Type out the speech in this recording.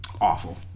Awful